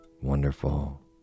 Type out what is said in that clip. wonderful